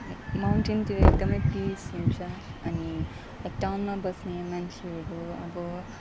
माउन्टेनतिर एकदम पिस हुन्छ अनि टाउनमा बस्ने मान्छेहरू अब